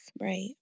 Right